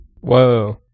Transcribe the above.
Whoa